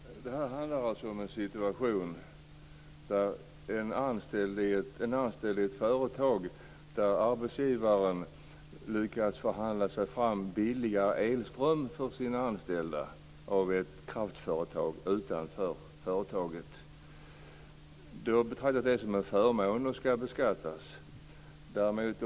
Fru talman! Det här handlar alltså om en situation där man är anställd i ett företag där arbetsgivaren lyckas förhandla fram billigare elström för sina anställda av ett kraftföretag utanför företaget. Då har det betraktats som en förmån som skall beskattas.